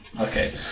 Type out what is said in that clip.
Okay